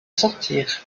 sortir